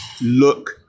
look